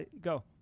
go